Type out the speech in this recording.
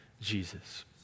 Jesus